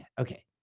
okay